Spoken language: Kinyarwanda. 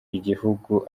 igihugu